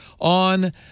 on